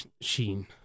Sheen